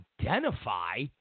identify